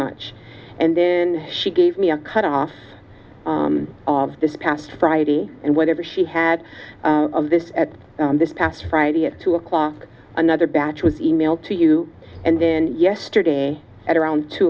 much and then she gave me a cut off of this past friday and whatever she had of this at this past friday at two o'clock another batch was emailed to you and then yesterday at around two